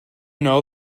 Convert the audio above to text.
know